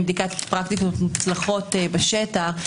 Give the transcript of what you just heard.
עם בדיקת פרקטיקות מוצלחות בשטח,